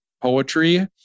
poetry